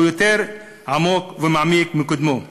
שהוא יותר עמוק ומעמיק מקודמו.